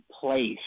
place